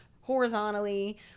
horizontally